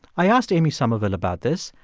i asked amy summerville about this.